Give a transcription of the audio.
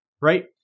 right